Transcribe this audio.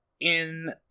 in-